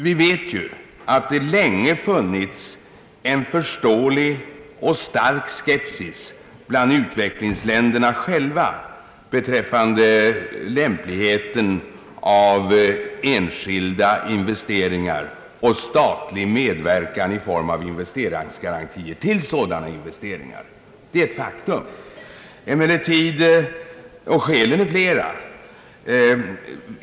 Vi vet ju att det länge har funnits en förståelig och stark skepsis bland utvecklingsländerna -- själva beträffande lämpligheten av enskilda investeringar och statlig medverkan i form av inves teringsgarantier till sådana investeringar. Det är ett faktum. Skälen härtill är flera.